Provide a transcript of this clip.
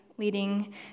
leading